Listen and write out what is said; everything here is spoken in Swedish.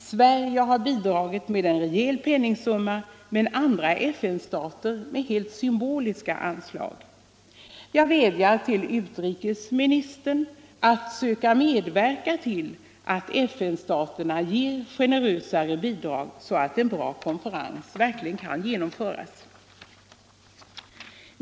Sverige har bidragit med en rejäl penningsumma men andra FN-stater med helt symboliska anslag. Jag vädjar till utrikesministern att söka medverka till att FN-staterna ger generösare bidrag så att en bra konferens verkligen kan genomföras.